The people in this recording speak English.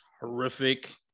horrific